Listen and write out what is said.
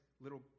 little